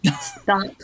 Stop